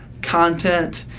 content.